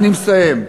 אני מסיים.